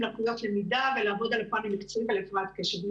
לקויות למידה ולעבוד על הפן המקצועי ועל הפרעת קשב.